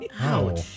Ouch